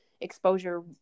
exposure